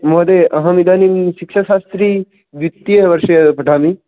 महोदय अहम् इदानीं शिक्षासास्त्री द्वितीयवर्षे पठामि